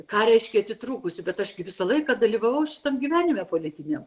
ką reiškia atitrūkusi bet aš visą laiką dalyvavau šitam gyvenime politiniam